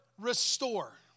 restore